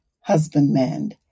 husbandman